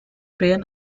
pain